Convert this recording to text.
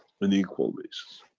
on equal basis.